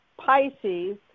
Pisces